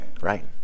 right